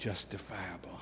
justifiable